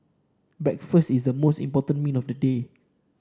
breakfast is the most important meal of the day